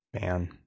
Man